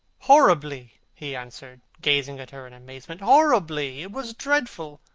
horribly! he answered, gazing at her in amazement. horribly! it was dreadful.